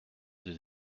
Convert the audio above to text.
des